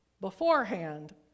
beforehand